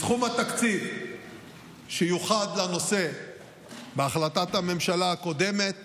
מסכום התקציב שיוחד לנושא בהחלטת הממשלה הקודמת